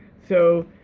so,